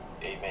Amen